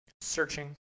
Searching